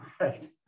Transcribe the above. Right